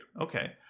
Okay